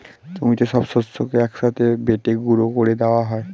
জমিতে সব শস্যকে এক সাথে বেটে গুঁড়ো করে দেওয়া হয়